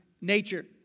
nature